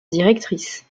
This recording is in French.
directrice